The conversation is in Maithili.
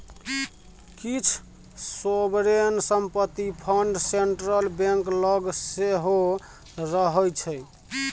किछ सोवरेन संपत्ति फंड सेंट्रल बैंक लग सेहो रहय छै